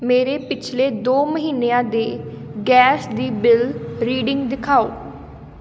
ਮੇਰੇ ਪਿਛਲੇ ਦੋ ਮਹੀਨਿਆਂ ਦੇ ਗੈਸ ਦੀ ਬਿਲ ਰੀਡਿੰਗ ਦਿਖਾਓ